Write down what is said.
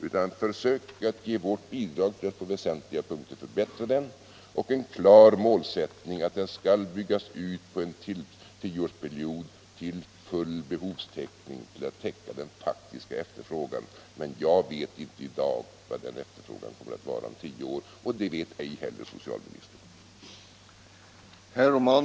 Vi har försökt lämna vårt bidrag till att på väsentliga punkter förbättra den, och vi har en klar målsättning att den skall byggas ut under en tioårsperiod till full behovstäckning, dvs. att den skall täcka den faktiska efterfrågan. Men jag vet inte i dag hur stor denna efterfrågan kommer att vara om 10 år, och det vet ej heller socialministern.